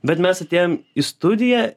bet mes atėjom į studiją